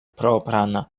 propran